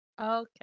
Okay